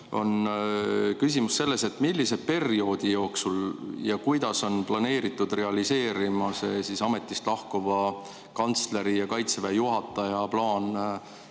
Küsimus on selles, millise perioodi jooksul ja kuidas on planeeritud realiseeruma see ametist lahkuva kantsleri ja Kaitseväe juhataja plaan